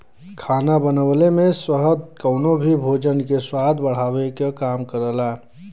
खाना बनवले में शहद कउनो भी भोजन के स्वाद बढ़ावे क काम करला